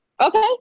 okay